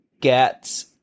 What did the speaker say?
get